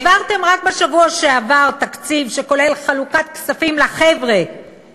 העברתם רק בשבוע שעבר תקציב שכולל חלוקת כספים לחבר'ה,